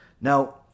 Now